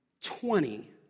twenty